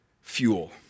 fuel